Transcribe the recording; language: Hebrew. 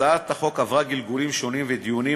הצעת החוק עברה גלגולים שונים ודיונים